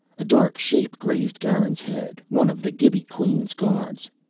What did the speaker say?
a dark shape grazed garin's head one of the gibi queen's guards.